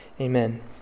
Amen